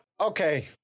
Okay